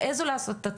הן העזו לעשות את הצעד.